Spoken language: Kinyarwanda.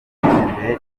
imbere